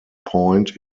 point